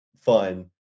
fine